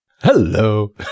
Hello